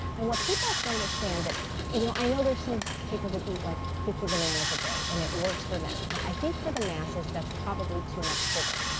and what people have to understand you know i know there are some people that eat like fifty bananas a day and it works for them, but i think for the masses, that's probably too much sugar.